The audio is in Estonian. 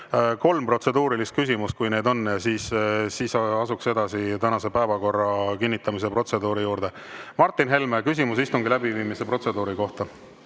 kolm protseduurilist küsimust, kui neid on, ja siis edasi asuks tänase päevakorra kinnitamise protseduuri juurde. Martin Helme, küsimus istungi läbiviimise protseduuri kohta.